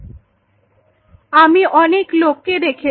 Refer Time 2520আমি অনেক লোককে দেখেছি